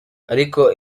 ariko